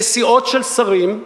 נסיעות של שרים,